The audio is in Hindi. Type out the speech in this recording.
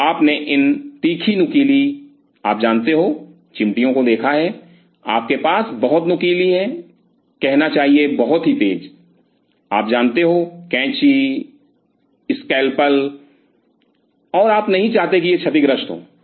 तो आपने इन तीखी नुकीली आप जानते हो चिमटियों को देखा है आपके पास बहुत नुकीली है कहना चाहिए बहुत ही तेज आप जानते हो कैंची स्केलपेलस और आप नहीं चाहते कि ये क्षतिग्रस्त हों